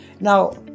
Now